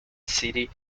city